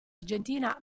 argentina